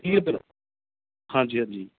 ਤੀਹ ਰੁਪਏ ਦਾ ਹਾਂਜੀ ਹਾਂਜੀ